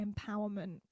empowerment